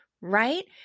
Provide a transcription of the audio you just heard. right